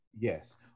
Yes